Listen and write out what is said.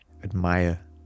admire